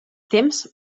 temps